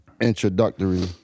introductory